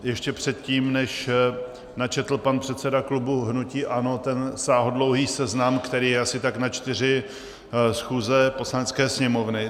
Ještě předtím, než načetl pan předseda klubu hnutí ANO ten sáhodlouhý seznam, který je asi tak na čtyři schůze Poslanecké sněmovny.